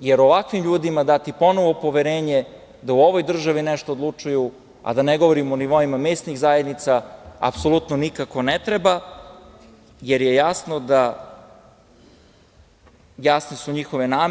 jer ovakvim ljudima dati ponovo poverenje da u ovoj državi nešto odlučuju, a da ne govorimo o nivoima mesnih zajednica, apsolutno nikako ne treba, jer su jasne njihove namere.